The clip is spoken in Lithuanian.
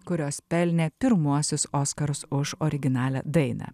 kurios pelnė pirmuosius oskarus už originalią dainą